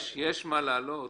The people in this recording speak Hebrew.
יש מה להעלות.